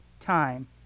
time